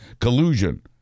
collusion